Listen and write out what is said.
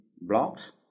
blocks